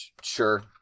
Sure